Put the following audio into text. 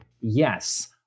Yes